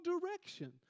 direction